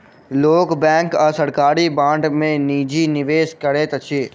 लोक बैंक आ सरकारी बांड में निजी निवेश करैत अछि